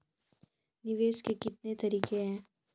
निवेश के कितने तरीका हैं?